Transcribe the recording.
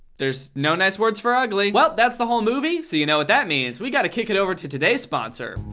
there's no nice words for ugly. well, that's the whole movie, so you know what that means. we got to kick it over to today's sponsor.